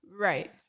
Right